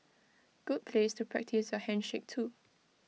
good place to practise your handshake too